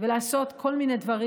ולעשות כל מיני דברים.